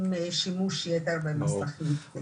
עם שימוש יתר במסכים.